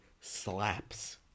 slaps